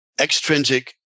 Extrinsic